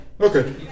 Okay